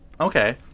okay